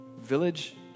Village